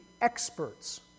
experts